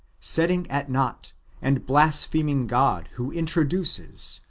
setting at naught and blaspheming god, who introduces,